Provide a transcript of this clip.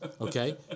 Okay